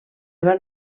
van